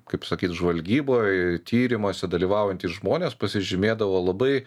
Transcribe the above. kaip sakyt žvalgyboj tyrimuose dalyvaujantys žmonės pasižymėdavo labai